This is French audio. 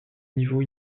niveau